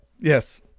Yes